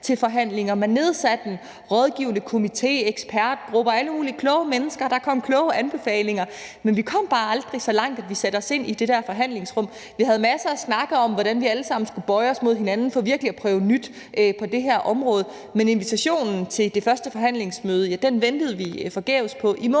til forhandlinger. Man nedsatte en rådgivende komité, ekspertgrupper med alle mulige kloge mennesker, og der kom kloge anbefalinger, men vi kom bare aldrig så langt, at vi satte os ind i det der forhandlingsrum. Vi havde masser af snakke om, hvordan vi alle sammen skulle bøje os mod hinanden for virkelig at prøve nyt på det her område, men invitationen til det første forhandlingsmøde ventede vi forgæves på i månedsvis.